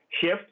shift